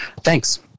Thanks